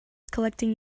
collecting